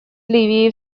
ливии